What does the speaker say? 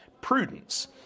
prudence